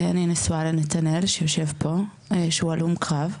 אני נשואה לנתנאל שיושב פה, שהוא הלום קרב.